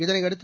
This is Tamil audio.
இதனையடுத்து